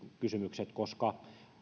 kysymykset koska